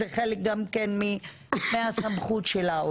שזה חלק מהסמכות שלה,